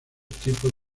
tipos